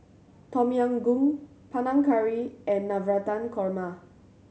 Tom Yam Goong Panang Curry and Navratan Korma